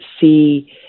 see